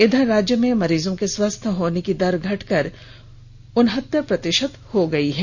इधर राज्य में मरीजों के स्वस्थ होने की दर घटकर उनहत्तर प्रतिषत हो गयी है